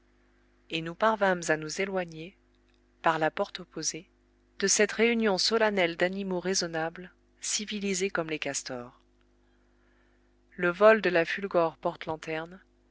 et nous parvînmes à nous éloigner par la porte opposée de cette réunion solennelle d'animaux raisonnables civilisés comme les castors le vol de la fulgore